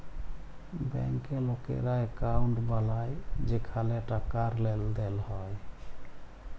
ব্যাংকে লকেরা একউন্ট বালায় যেখালে টাকার লেনদেল হ্যয়